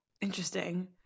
Interesting